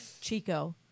Chico